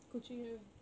coaching ya wei